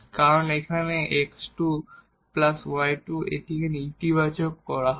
কারণ এখানে x2 y2 এটিকে ইতিবাচক হতে হবে